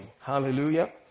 Hallelujah